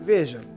Veja